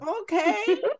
Okay